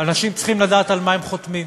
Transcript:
אנשים צריכים לדעת על מה הם חותמים.